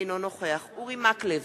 אינו נוכח אורי מקלב,